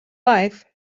life